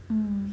mm